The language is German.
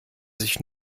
sich